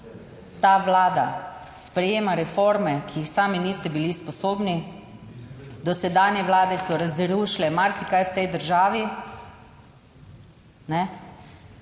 ta vlada sprejema reforme, ki jih sami niste bili sposobni. Dosedanje vlade so razrušile marsikaj v tej državi, ne.